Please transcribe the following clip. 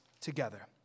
together